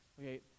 Okay